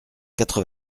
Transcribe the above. quatre